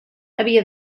havia